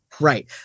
Right